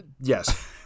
Yes